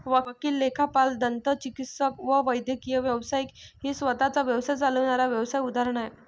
वकील, लेखापाल, दंतचिकित्सक व वैद्यकीय व्यावसायिक ही स्वतः चा व्यवसाय चालविणाऱ्या व्यावसाय उदाहरण आहे